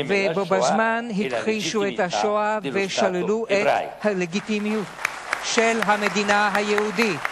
ובו-בזמן הכחישו את השואה ושללו את הלגיטימיות של המדינה היהודית.